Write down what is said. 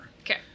Okay